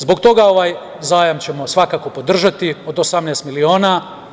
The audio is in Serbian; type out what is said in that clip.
Zbog toga ćemo ovaj zajam svakako podržati od 18 miliona.